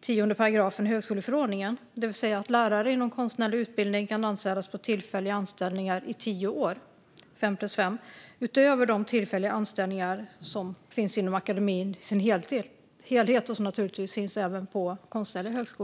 10 § tredje stycket högskoleförordningen, det vill säga att lärare inom konstnärlig utbildning kan anställas på tillfälliga anställningar i tio år - fem plus fem - utöver de tillfälliga anställningar som finns inom akademin i dess helhet och som naturligtvis finns även på konstnärliga högskolor.